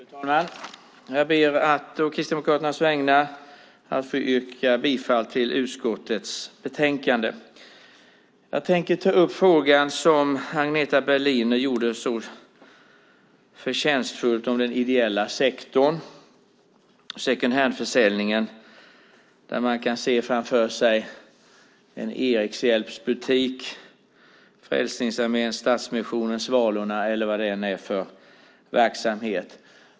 Fru talman! Jag ber att å Kristdemokraternas vägnar få yrka bifall till utskottets förslag i betänkandet. Jag tänker ta upp samma fråga som Agneta Berliner så förtjänstfullt tog upp, den ideella sektorn och secondhandförsäljningen, det vill säga Erikshjälpen, Frälsningsarmén, Stadsmissionen, Svalorna eller vad det nu är för verksamhet.